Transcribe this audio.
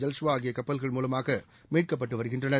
ஜலஷ்வா ஆகிய கப்பல்கள் மூலமாக மீட்கப்பட்டு வருகின்றனர்